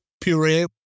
puree